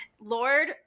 Lord